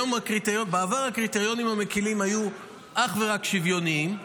בעבר הקריטריונים המקילים היו אך ורק שוויוניים,